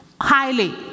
highly